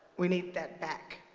we need that back.